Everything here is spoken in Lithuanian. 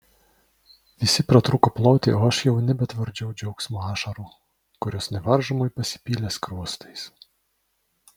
visi pratrūko ploti o aš jau nebetvardžiau džiaugsmo ašarų kurios nevaržomai pasipylė skruostais